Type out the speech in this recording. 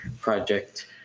project